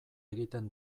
egiten